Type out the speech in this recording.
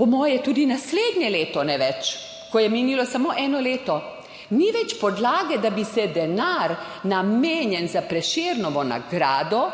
po moje tudi naslednje leto ne več, ko je minilo samo eno leto, ni več podlage, da bi se denar, namenjen za Prešernovo nagrado